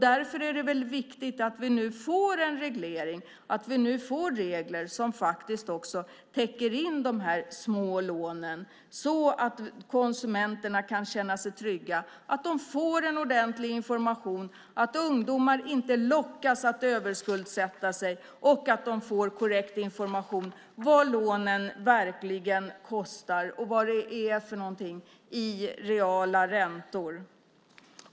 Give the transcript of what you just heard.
Därför är det viktigt att vi nu får en reglering, att vi får regler som faktiskt också täcker in de små lånen, så att konsumenterna kan känna sig trygga för att de får en ordentlig information, att ungdomar inte lockas att överskuldsätta sig och att de får korrekt information om vad lånen verkligen kostar och vad lånen innebär i reala räntor.